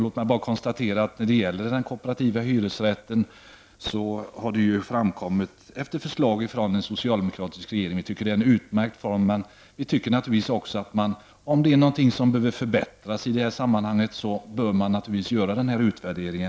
Vi tycker att den kooperativa hyresrätten är en utmärkt form av boende, men för att se om någonting behöver förbättras i det sammanhanget, bör man genomföra denna utvärdering.